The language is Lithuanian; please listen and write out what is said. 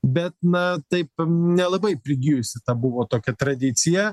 bet na taip nelabai prigijusi ta buvo tokia tradicija